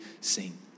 seen